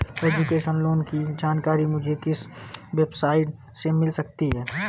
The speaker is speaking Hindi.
एजुकेशन लोंन की जानकारी मुझे किस वेबसाइट से मिल सकती है?